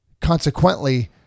consequently